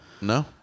No